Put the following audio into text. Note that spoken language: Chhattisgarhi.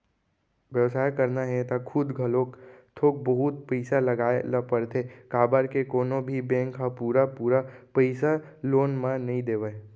बेवसाय करना हे त खुद घलोक थोक बहुत पइसा लगाए ल परथे काबर के कोनो भी बेंक ह पुरा पुरा पइसा लोन म नइ देवय